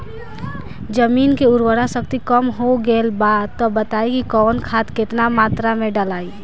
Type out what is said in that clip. जमीन के उर्वारा शक्ति कम हो गेल बा तऽ बताईं कि कवन खाद केतना मत्रा में डालि?